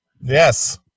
Yes